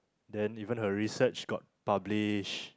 then even her research got published